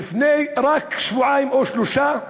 רק לפני שבועיים או שלושה שבועות,